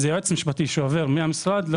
זה יועץ משפטי שעובר מן המשרד.